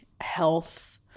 health